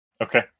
okay